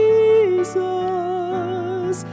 Jesus